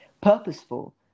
purposeful